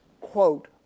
quote